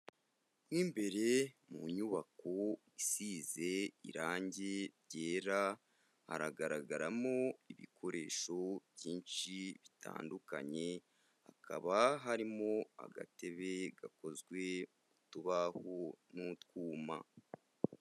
Mo mbere mu nyubako isize irangi ryera, haragaragaramo ibikoresho byinshi bitandukanye, hakaba harimo agatebe gakozwe mu tubaho n'utwuma.